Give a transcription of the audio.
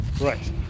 Right